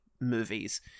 movies